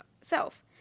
self